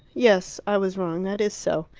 yes i was wrong. that is so.